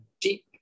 deep